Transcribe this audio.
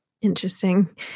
Interesting